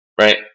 right